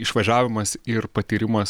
išvažiavimas ir patyrimas